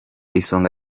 isonga